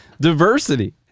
diversity